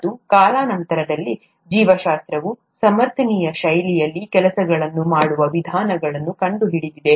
ಮತ್ತು ಕಾಲಾನಂತರದಲ್ಲಿ ಜೀವಶಾಸ್ತ್ರವು ಸಮರ್ಥನೀಯ ಶೈಲಿಯಲ್ಲಿ ಕೆಲಸಗಳನ್ನು ಮಾಡುವ ವಿಧಾನಗಳನ್ನು ಕಂಡುಹಿಡಿದಿದೆ